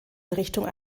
errichtung